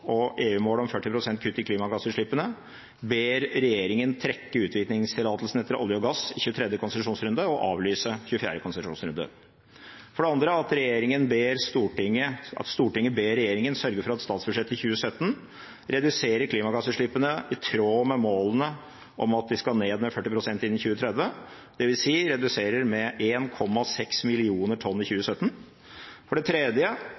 og EU-målet om 40 pst. kutt i klimagassutslippene ber regjeringen trekke utvinningstillatelsene etter olje og gass i 23. konsesjonsrunde og avlyse 24. konsesjonsrunde for det andre at Stortinget ber regjeringen sørge for at statsbudsjettet for 2017 reduserer klimagassutslippene i tråd med målet om at de skal ned med 40 pst. innen 2030, dvs. reduserer med 1,6 millioner tonn CO 2 i 2017 for det tredje